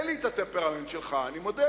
אין לי את הטמפרמנט שלך, אני מודה.